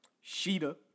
Sheeta